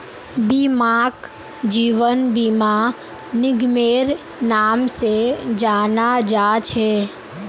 बीमाक जीवन बीमा निगमेर नाम से जाना जा छे